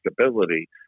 stability